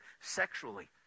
sexually